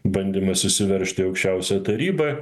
bandymas įsiveržt į aukščiausią tarybą